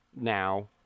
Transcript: now